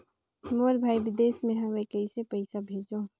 मोर भाई विदेश मे हवे कइसे पईसा भेजो?